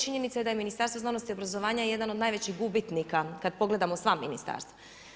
Činjenica da je Ministarstvo znanosti, obrazovanja jedan od najvećih gubitnika kad pogledamo sva ministarstva.